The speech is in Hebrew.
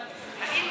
האם,